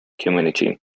community